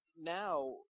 Now